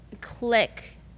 click